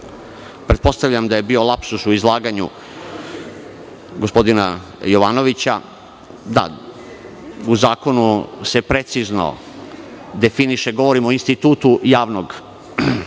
zakon. Pretpostavljam da je bio lapsus u izlaganju gospodina Jovanovića. U zakonu se precizno definiše, govorim o institutu javnih poslova,